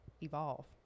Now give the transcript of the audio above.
evolve